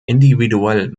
individuell